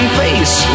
face